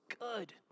good